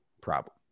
problem